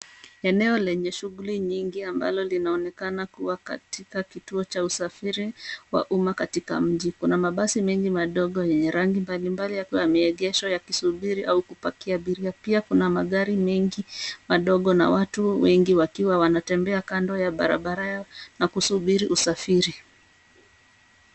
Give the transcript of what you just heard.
Eneo lenye shughuli nyingi ambalo linaonekana kuwa katika kituo cha usafiri wa umma katika mji. Kuna mabasi mengi madogo yenye rangi mbalimbali yakiwa yameegeshwa ya kisubiri au kupakia abiria, pia kuna magari mengi madogo na watu wengi wakiwa wanatembea kando ya barabara yao na kusubiri usafiri.